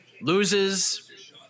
Loses